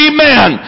Amen